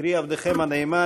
קרי עבדכם הנאמן,